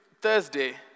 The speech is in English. Thursday